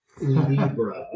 Libra